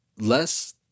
less